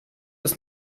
ist